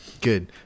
Good